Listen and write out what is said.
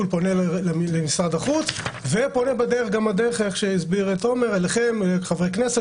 לארץ פונה למשרד החוץ ובדרך כלשהי פונה גם אליכם חברי הכנסת